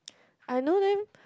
I know them